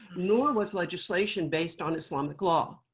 nor was legislation based on islamic law.